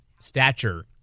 stature